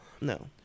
No